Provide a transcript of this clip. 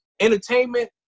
Entertainment